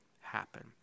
happen